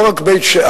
לא רק בית-שאן,